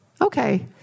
Okay